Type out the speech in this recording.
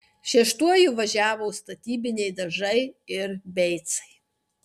šeštuoju važiavo statybiniai dažai ir beicai